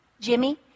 Jimmy